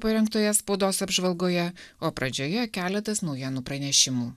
parengtoje spaudos apžvalgoje o pradžioje keletas naujienų pranešimų